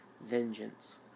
vengeance